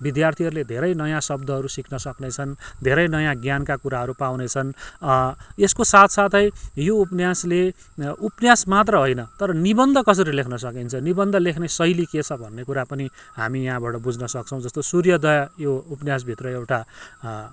विद्यार्थीहरूले धेरै नयाँ शब्दहरू सिक्न सक्नेछन् धेरै नयाँ ज्ञानका कुराहरू पाउनेछन् यसको साथसाथै यो उपन्यासले उपन्यास मात्र होइन तर निबन्ध कसरी लेख्न सकिन्छ निबन्ध लेख्ने शैली के छ भन्ने कुरा पनि हामी यहाँबाट बुझ्नसक्छौँ जस्तो सूर्योदय यो उपन्यासभित्र एउटा